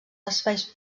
espais